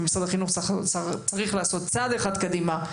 ומשרד החינוך צריך לעשות צעד אחד קדימה,